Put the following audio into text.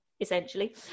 essentially